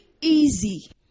easy